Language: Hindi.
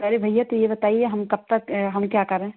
अरे भैया तो ये बताइए हम कब तक हम क्या करें